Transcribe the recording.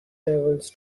travels